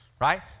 Right